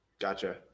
Gotcha